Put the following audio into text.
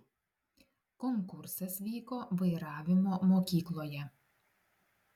konkursas vyko vairavimo mokykloje